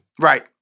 Right